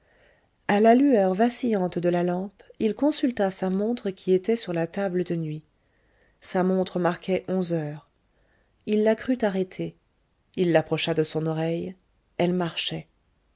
a la lueur vacillante de la lampe il consulta sa montre qui était sur la table de nuit sa montre marquait onze heures il la crut arrêtée il l'approcha de son oreille elle marchait